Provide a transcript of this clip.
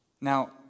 Now